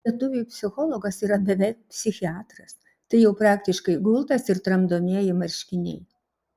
lietuviui psichologas yra beveik psichiatras tai jau praktiškai gultas ir tramdomieji marškiniai